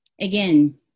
Again